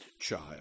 child